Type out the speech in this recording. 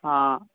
हँ